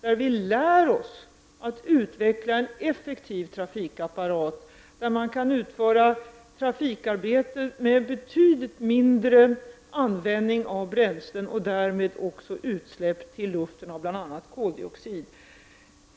Vi måste lära oss att utveckla en effektiv trafikapparat, så att trafikarbetet kan utföras med betydligt mindre användning av bränslen med påföljd att utsläppen i luften av bl.a. koldioxid blir mindre.